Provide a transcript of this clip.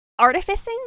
Artificing